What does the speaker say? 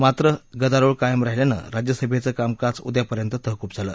मात्र गदारोळ कायम राहिल्यांन राज्यसभेचं कामकाज उद्यापर्यंत तहकूब झालं